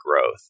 growth